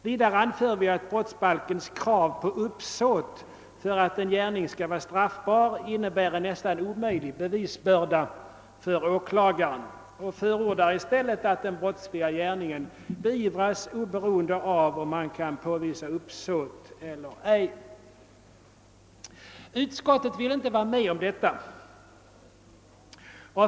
Vidare anför vi att brottsbalkens krav på uppsåt för att en gärning skall vara straffbar innebär en nästan omöjlig bevisbörda för åklagaren, och vi förordar i stället att den brottsliga gärningen beivras, oberoende av om man kan påvisa uppsåt eller icke. Utskottet vill inte vara med om detta.